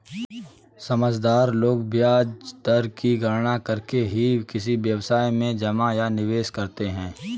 समझदार लोग ब्याज दर की गणना करके ही किसी व्यवसाय में जमा या निवेश करते हैं